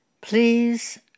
Please